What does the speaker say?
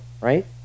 right